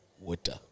water